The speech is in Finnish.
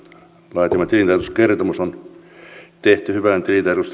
laatima tilintarkastuskertomus on tehty hyvän